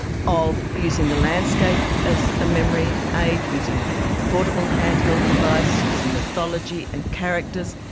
of using the landscape as a memory eight, using portable hand-held device, using mythology and characters.